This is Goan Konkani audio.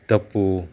तप्पू